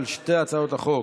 על שתי הצעות החוק,